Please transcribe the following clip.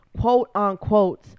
quote-unquote